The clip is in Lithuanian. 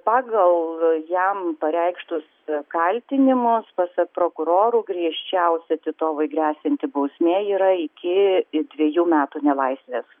pagal jam pareikštus kaltinimus pasak prokurorų griežčiausia titovui gresianti bausmė yra iki dvejų metų nelaisvės